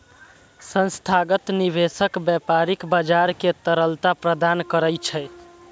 संस्थागत निवेशक व्यापारिक बाजार कें तरलता प्रदान करै छै